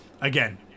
Again